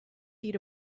feet